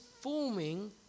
forming